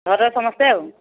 ଘରର ସମସ୍ତେ ଆଉ